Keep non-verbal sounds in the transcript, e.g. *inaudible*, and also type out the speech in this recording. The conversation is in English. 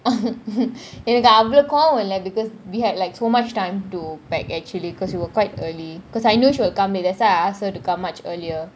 *laughs* என்னக்கு அவ்ளோ கோவம் இல்ல :ennaku avlo kovam illa because we had like so much time to pack actually because we were quite early because I know she will come late that's why I ask her to come much earlier